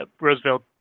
Roosevelt